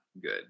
good